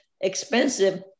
expensive